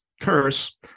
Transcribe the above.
curse